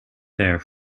their